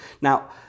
Now